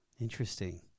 Interesting